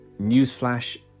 Newsflash